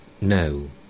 No